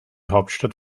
hauptstadt